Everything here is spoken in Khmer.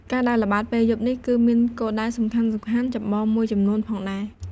ការដើរល្បាតពេលយប់នេះ គឺមានគោលដៅសំខាន់ៗចម្បងមួយចំនួនផងដែរ។